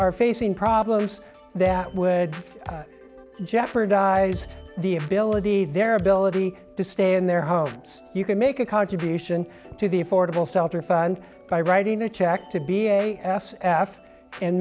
are facing problems that would jeopardize the ability their ability to stay in their homes you can make a contribution to the affordable stelter fund by writing a check to be a s f and